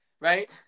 right